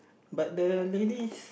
but the ladies